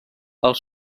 els